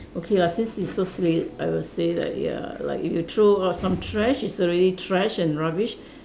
okay lah since you so sweet I will say like ya like if you throw out some trash it's already trash and rubbish